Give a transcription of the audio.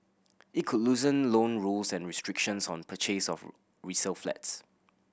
it could loosen loan rules and restrictions on purchase of resale flats